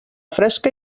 fresca